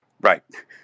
Right